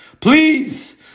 Please